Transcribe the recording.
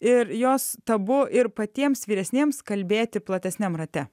ir jos tabu ir patiems vyresniems kalbėti platesniam rate